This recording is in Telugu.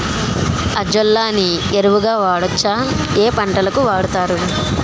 అజొల్లా ని ఎరువు గా వాడొచ్చా? ఏ పంటలకు వాడతారు?